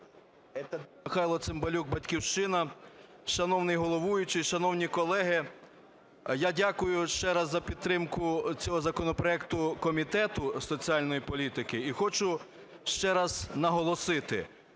Михайло Цимбалюк, "Батьківщина". Шановний головуючий, шановні колеги! Я дякую ще раз за підтримку цього законопроекту Комітету соціальної політики. І хочу ще раз наголосити,